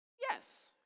Yes